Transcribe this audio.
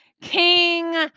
king